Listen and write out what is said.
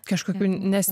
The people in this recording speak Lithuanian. kažkokių nes